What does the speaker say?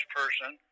person